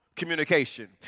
communication